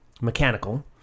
Mechanical